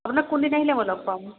আপোনাক কোনদিনা আহিলে মই লগ পাম